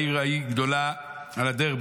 והעיר ההיא גדולה על הדרך,